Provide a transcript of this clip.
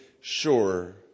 sure